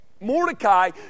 Mordecai